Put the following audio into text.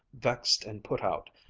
vexed and put out.